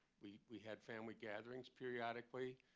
we we had family gatherings periodically.